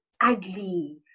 ugly